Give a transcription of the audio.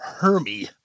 Hermy